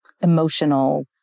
emotional